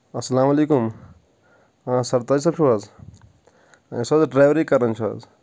ٲلسلام علیکُم آ سرتاج صٲب چھو حظ یُس حظ ڈریوری کران چھ حظ